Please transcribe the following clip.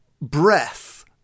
Breath